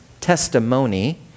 testimony